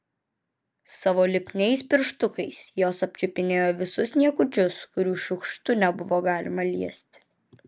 savo lipniais pirštukais jos apčiupinėjo visus niekučius kurių šiukštu nebuvo galima liesti